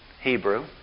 Hebrew